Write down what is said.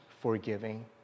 forgiving